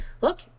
look